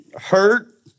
hurt